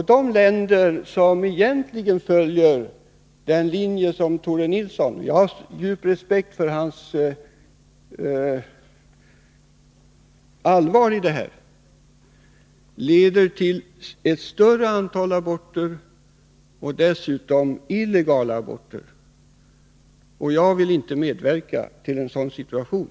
I de länder som egentligen följer den linje Tore Nilsson företräder — jag har djup respekt för hans allvar i denna fråga — görs ett större antal aborter och dessutom illegala aborter. Jag vill inte medverka till en sådan situation.